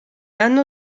anno